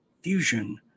fusion